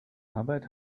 arbeit